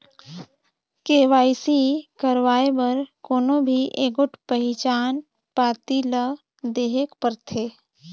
KYC करवाए बर कोनो भी एगोट पहिचान पाती ल देहेक परथे